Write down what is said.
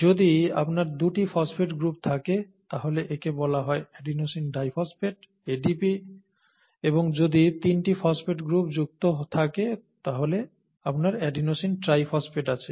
যদি আপনার 2 টি ফসফেট গ্রুপ থাকে তাহলে একে বলা হয় অ্যাডিনোসিন ডাইফসফেট ADP এবং যদি 3টি ফসফেট গ্রুপ যুক্ত থাকে তাহলে আপনার অ্যাডিনোসিন ট্রাইফসফেট আছে